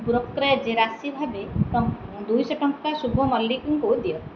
brokerage ରାଶି ଭାବେ ଟ ଦୁଇଶହ ଟଙ୍କା ଶୁଭ ମଲ୍ଲିକଙ୍କୁ ଦିଅ